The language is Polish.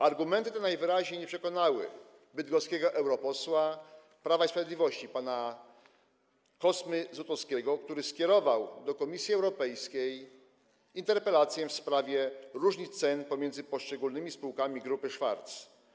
Argumenty te najwyraźniej nie przekonały bydgoskiego europosła Prawa i Sprawiedliwości pana Kosmy Złotowskiego, który skierował do Komisji Europejskiej interpelację w sprawie różnic cen pomiędzy poszczególnymi spółkami grupy Schwartz.